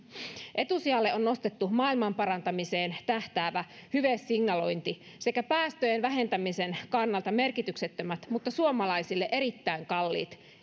etusijalle on nostettu maailmanparantamiseen tähtäävä hyvesignalointi sekä päästöjen vähentämisen kannalta merkityksettömät mutta suomalaisille erittäin kalliiksi